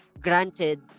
granted